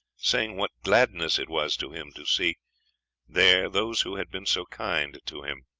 saying what gladness it was to him to see there those who had been so kind to him.